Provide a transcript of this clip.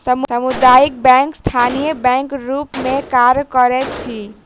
सामुदायिक बैंक स्थानीय बैंकक रूप मे काज करैत अछि